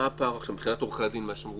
מבחינת עורכי הדין, שאמרו